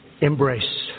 embrace